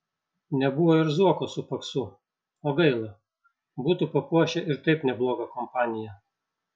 nebuvo ir zuoko su paksu o gaila būtų papuošę ir taip neblogą kompaniją